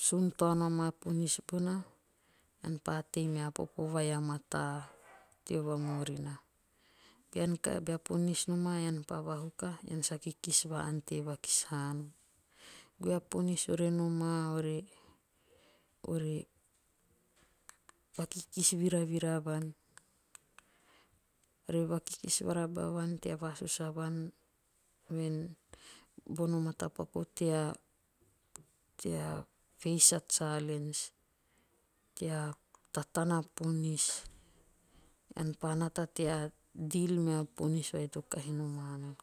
Sun taono amaa ponis bona ean pa ante tea tei mea popo vai a mataa teo vamurina. Bean kahi bea ponis nomaa ean pa vahuka. ean sa kikis va ante vakis hanom. Goe a ponis re noa ore vakikis viravira vuan. ore vakikis varoba vuan tea vasusu avuan voen bono matapaku tea 'face a challenge'. tea tatana ponia. ean pa nata tea' deal' mea ponis vai to kahi nomaa nana.